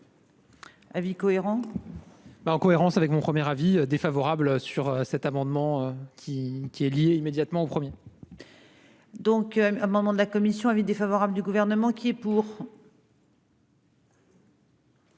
Avis cohérent ben en cohérence avec mon premier avis défavorable sur cet amendement qui, qui est liée immédiatement au premier. Donc, au moment de la Commission avis défavorable du gouvernement qui est pour.